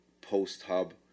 post-hub